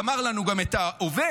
גמר לנו גם את ההווה.